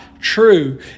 true